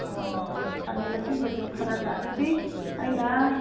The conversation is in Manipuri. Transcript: ꯑꯣ ꯈꯥꯃꯦꯟ ꯑꯁꯤꯟꯕꯗꯨ ꯈꯔꯒ ꯑꯗꯨꯗꯤ ꯑꯩꯅ